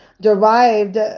derived